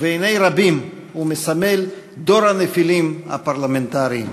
ובעיני רבים הוא מסמלי דור הנפילים הפרלמנטריים.